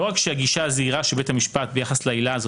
לא רק שהגישה הזהירה של בית המשפט ביחס לעילת הסבירות